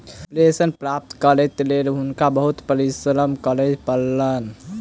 pension प्राप्त करैक लेल हुनका बहुत परिश्रम करय पड़लैन